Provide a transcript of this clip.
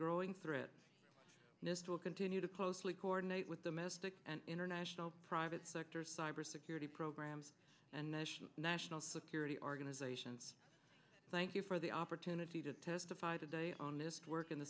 growing threat will continue to closely coordinate with the mystic and international private sector cybersecurity programs and national security organizations thank you for the opportunity to testify that they own this work in the